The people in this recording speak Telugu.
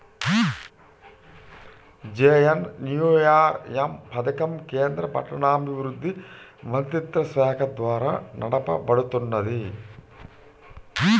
జేఎన్ఎన్యూఆర్ఎమ్ పథకం కేంద్ర పట్టణాభివృద్ధి మంత్రిత్వశాఖ ద్వారా నడపబడుతున్నది